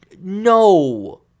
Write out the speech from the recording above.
no